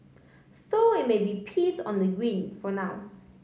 so it may be peace on the green for now